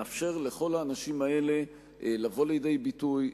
מאפשר לכל האנשים האלה לבוא לידי ביטוי,